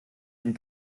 den